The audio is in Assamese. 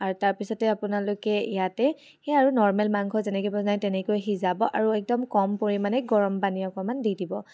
আৰু তাৰপিছতে আপোনালোকে ইয়াতে সেয়া আৰু নৰ্মেল মাংস যেনেকৈ বনাই তেনেকৈ সিজাব আৰু একদম কম পৰিমাণে গৰম পানী অকণমান দি দিব